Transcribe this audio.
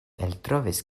eltrovis